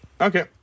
Okay